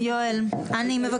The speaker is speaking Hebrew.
יואל, אני מבקשת.